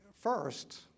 first